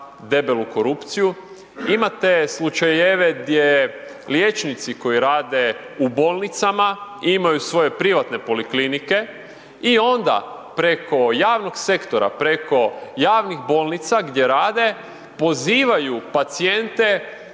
debelu korupciju. Imate slučajeve gdje liječnici koji rade u bolnicama imaju svoje privatne poliklinike i onda preko javnog sektora, preko javnih bolnica gdje rade, pozivaju pacijente